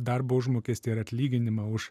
darbo užmokestį ir atlyginimą už